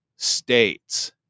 states